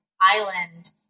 island